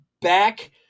Back